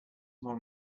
molt